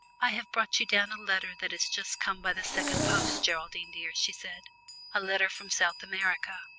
i have brought you down a letter that has just come by the second post, geraldine, dear, she said a letter from south america.